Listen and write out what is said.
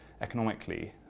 economically